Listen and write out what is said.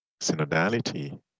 synodality